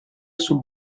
sul